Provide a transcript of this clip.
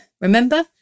remember